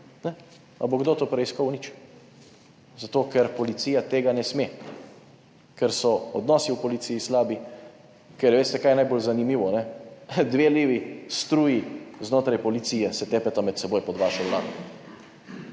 bo kdo to preiskal? Nič. Zato ker policija tega ne sme, ker so odnosi v policiji slabi. Ker veste, kaj je najbolj zanimivo, ne? Dve levi struji znotraj policije se tepeta med seboj pod vašo Vlado.